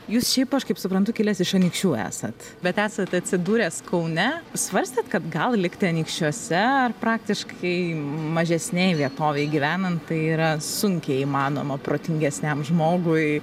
jūs šiaip aš kaip suprantu kilęs iš anykščių esat bet esate atsidūręs kaune svarstėt kad gal likti anykščiuose ar praktiškai mažesnėj vietovėj gyvenant tai yra sunkiai įmanoma protingesniam žmogui